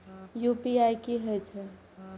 UPI की होई छै?